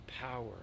power